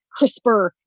CRISPR